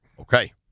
Okay